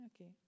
Okay